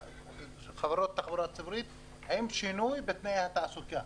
לחברות התחבורה הציבורית עם שינוי בתנאי התעסוקה.